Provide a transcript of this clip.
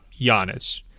Giannis